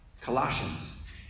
Colossians